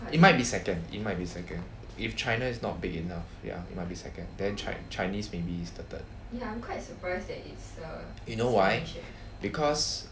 it might be second it might be second if china is not big enough ya it might be second then chi~ chinese maybes the third you know why because